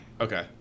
Okay